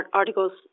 articles